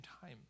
time